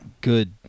good